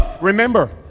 Remember